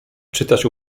czytać